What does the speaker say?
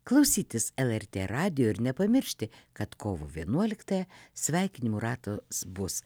klausytis lrt radijo ir nepamiršti kad kovo vienuoliktąją sveikinimų rato s bus